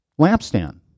lampstand